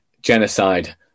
genocide